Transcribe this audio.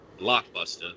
Blockbuster